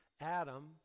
Adam